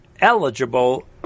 eligible